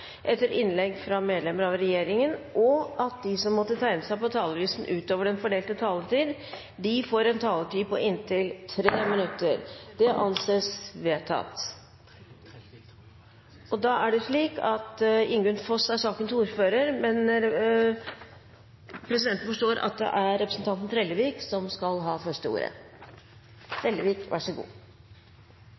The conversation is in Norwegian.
etter innlegg fra medlemmer av regjeringen innenfor den fordelte taletid, og at de som måtte tegne seg på talerlisten utover den fordelte taletid, får en taletid på inntil 3 minutter. – Det anses vedtatt. Ingunn Foss er sakens ordfører, men det er representanten Trellevik som skal ha ordet først. Det er slik at Ingunn Foss er ordførar for saka og har sjukdomsforfall i dag, så